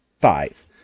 five